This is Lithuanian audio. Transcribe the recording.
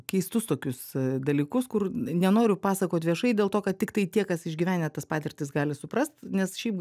keistus tokius dalykus kur nenoriu pasakot viešai dėl to kad tiktai tie kas išgyvenę tas patirtis gali suprast nes šiaip